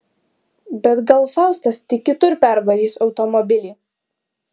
bet gal faustas tik kitur pervarys automobilį